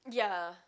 ya